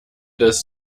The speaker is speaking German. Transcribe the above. des